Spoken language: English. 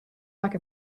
like